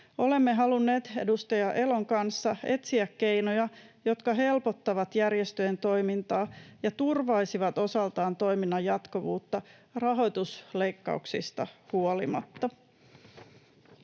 Olemme halunneet edustaja Elon kanssa etsiä keinoja, jotka helpottavat järjestöjen toimintaa ja turvaisivat osaltaan toiminnan jatkuvuutta rahoitusleikkauksista huolimatta.